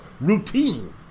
routine